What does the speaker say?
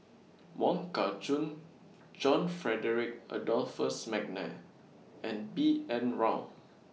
Wong Kah Chun John Frederick Adolphus Mcnair and B N Rao